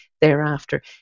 thereafter